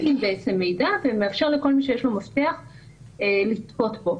מצפין בעצם מידע ומאפשר לכל מי שיש לו מפתח לצפות בו.